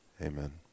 amen